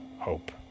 hope